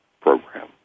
program